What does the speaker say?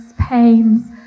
pains